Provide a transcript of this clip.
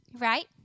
right